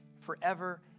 forever